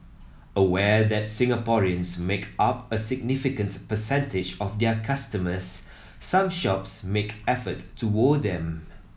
aware that Singaporeans make up a significant percentage of their customers some shops make effort to woo them